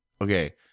Okay